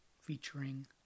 featuring